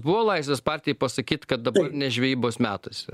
buvo laisvės partijai pasakyt kad dabar ne žvejybos metas yra